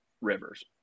Rivers